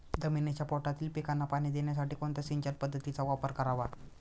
जमिनीच्या पोटातील पिकांना पाणी देण्यासाठी कोणत्या सिंचन पद्धतीचा वापर करावा?